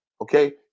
Okay